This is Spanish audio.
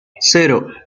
cero